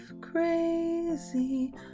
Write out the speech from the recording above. crazy